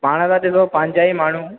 पाणि त ॾिसो पंहिंजा ई माण्हू